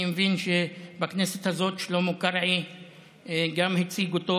אני מבין שבכנסת הזאת גם שלמה קרעי הציג אותו.